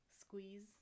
squeeze